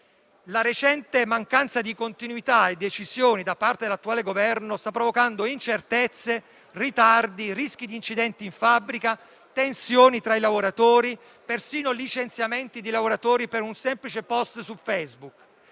La recente mancanza di continuità e decisioni da parte dell'attuale Governo sta provocando incertezze, ritardi, rischi di incidenti in fabbrica, tensioni tra i lavoratori e, persino, licenziamenti di lavoratori per un semplice *post* su Facebook.